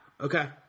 okay